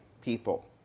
people